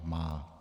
Má.